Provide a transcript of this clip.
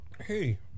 Hey